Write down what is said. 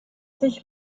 sich